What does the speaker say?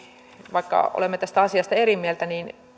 vaikka olemme tästä asiasta eri mieltä